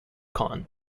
kon